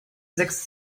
sechs